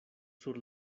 sur